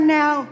now